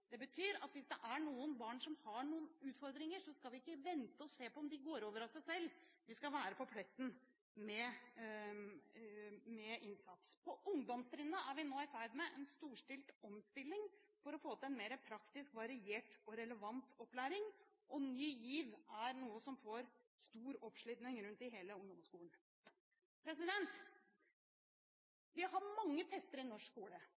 Det betyr at hvis det er noen barn som har noen utfordringer, skal vi ikke vente og se om det går over av seg selv. Vi skal være på pletten med innsats. På ungdomstrinnet er vi nå i ferd med en storstilt omstilling for å få til en mer praktisk, variert og relevant opplæring, og Ny GIV er noe som får stor oppslutning rundt om i hele ungdomsskolen. Vi har mange tester i norsk skole,